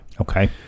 Okay